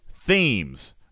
themes